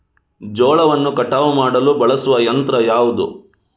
ಜೋಳವನ್ನು ಕಟಾವು ಮಾಡಲು ಬಳಸುವ ಯಂತ್ರ ಯಾವುದು?